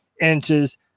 inches